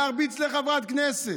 להרביץ לחברת כנסת,